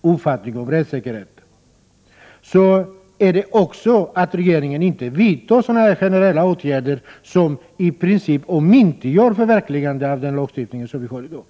uppfattning om rättssäkerheten är en förutsättning för en generös flyktingpolitik att regeringen inte vidtar generella åtgärder som i princip omintetgör förverkligandet av tanken bakom den lagstiftning som vi har i dag.